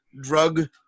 drug